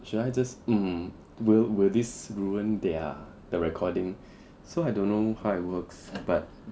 should I just mm will will this ruin their the recording so I don't know how it works but